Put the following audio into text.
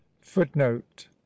footnote